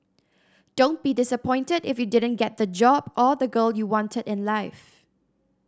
don't be disappointed if you didn't get the job or the girl you wanted in life